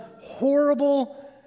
horrible